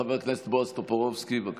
חבר הכנסת בועז טופורובסקי, בבקשה.